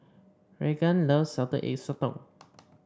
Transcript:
Raegan loves Salted Egg Sotong